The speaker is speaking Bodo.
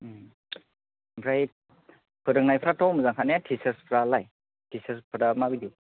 ओमफ्राय फोरोंनायफ्राथ' मोजांखा ने थिसार्सफ्रालाय थिसार्सफ्रा माबायदि